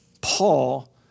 Paul